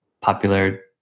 popular